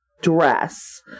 dress